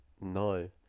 No